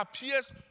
appears